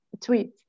tweet